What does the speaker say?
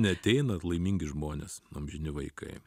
neateina laimingi žmonės amžini vaikai